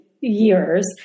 years